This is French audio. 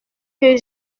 que